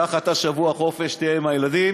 קח אתה שבוע חופש תהיה עם הילדים,